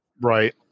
right